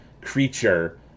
creature